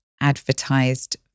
advertised